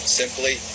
simply